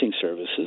services